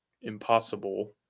impossible